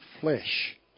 flesh